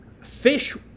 Fish